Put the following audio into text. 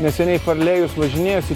neseniai farlėjus važinėjosi